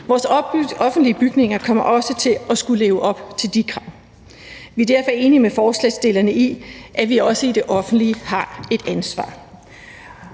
Vores offentlige bygninger kommer også til at skulle leve op til de krav. Vi er derfor enige med forslagsstillerne i, at vi også i det offentlige har et ansvar,